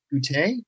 Gute